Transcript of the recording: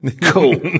Cool